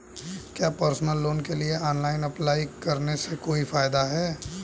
क्या personal loan के लिए ऑनलाइन अप्लाई करने से कोई फायदा है?